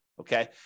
Okay